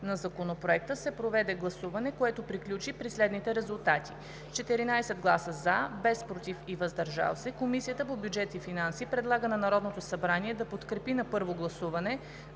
на Законопроекта се проведе гласуване, което приключи при следните резултати: с 14 гласа „за“, без „против“ и „въздържал се“, Комисията по бюджет и финанси предлага на Народното събрание да подкрепи на първо гласуване